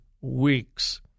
weeks